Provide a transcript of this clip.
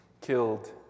killed